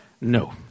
No